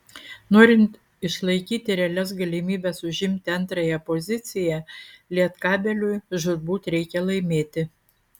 norint išlaikyti realias galimybes užimti antrąją poziciją lietkabeliui žūtbūt reikia laimėti